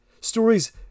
Stories